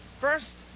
first